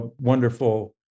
wonderful